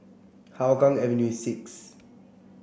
Hougang Avenue six